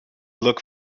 look